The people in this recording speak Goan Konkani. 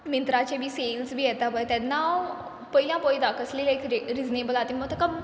मिंत्राची बी सेल्स बी येता पळय तेन्ना हांव पयली हांव पळयतां कसली लायक रे रिजनेबल आ ती म तेका